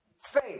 faith